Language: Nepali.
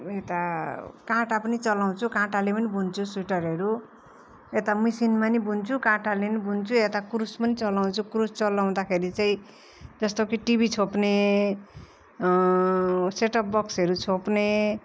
यता काँटा पनि चलाउँछु काँटाले पनि बुन्छु स्वेटरहरू यता मिसिनमा नि बुन्छु काँटाले नि बुन्छु यता क्रुस पनि चलाउँछु क्रुस चलाउँदाखेरि चाहिँ जस्तो कि टिभी छोप्ने सेटप बक्सहरू छोप्ने